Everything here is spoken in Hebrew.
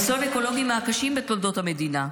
אסון אקולוגי מהקשים בתולדות המדינה.